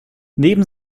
neben